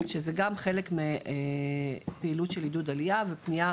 שזה גם חלק מעפילות של עידוד עלייה ופנייה